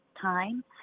time